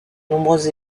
nombreuses